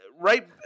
right